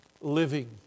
living